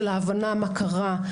של ההבנה מה קרה,